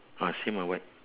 ah same lah white